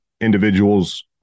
individuals